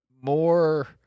more